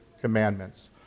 commandments